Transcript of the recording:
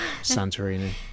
Santorini